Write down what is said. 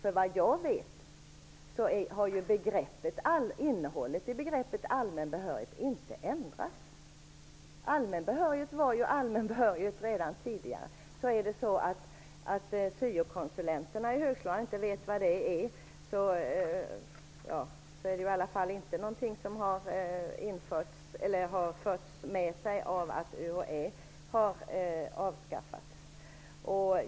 Såvitt jag vet har inte innehållet i begreppet allmän behörighet ändrats. Allmän behörighet var allmän behörighet redan tidigare. Vet inte syokonsulenterna vad det är, är det i alla fall inte något som följts av att UHÄ har avskaffats.